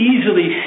easily